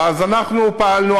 אז אנחנו פעלנו,